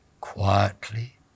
quietly